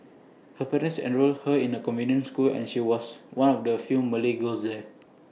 her parents enrolled her in A convent school and she was one of the few Malay girls there